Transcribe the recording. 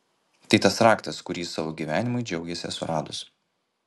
tai tas raktas kurį savo gyvenimui džiaugėsi suradus